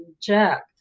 Jack